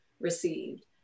received